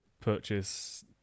purchase